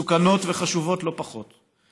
מסוכנות וחשובות לא פחות,